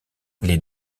les